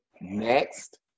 next